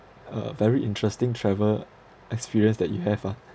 a very interesting travel experience that you have ah